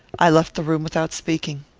i left the room without speaking.